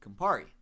Campari